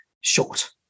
short